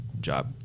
job